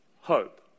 hope